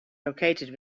located